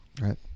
right